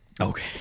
Okay